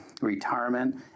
retirement